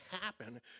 happen